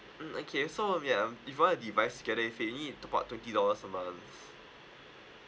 mm okay so um ya um if you want a device together you need to top up twenty dollars per month